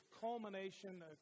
culmination